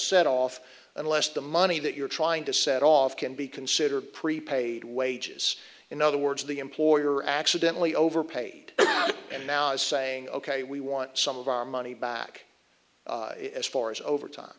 set off unless the money that you're trying to set off can be considered prepaid wages in other words the employer accidentally overpaid and now is saying ok we want some of our money back as far as overtime